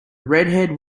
redhaired